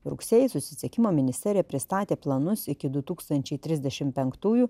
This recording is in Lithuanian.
rugsėjį susisiekimo ministerija pristatė planus iki du tūkstančiai trisdešimt penktųjų